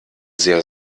sehr